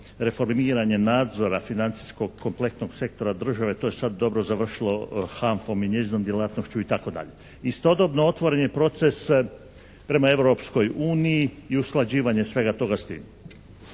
reformiranje nadzora financijskog kompletnog sektora države, to je sada dobro završilo HANF-om i njezinom djelatnošću itd. Istodobno otvoren je proces prema Europskoj uniji i usklađivanje svega toga s tim.